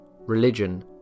religion